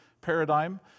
paradigm